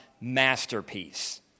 masterpiece